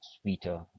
sweeter